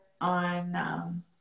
on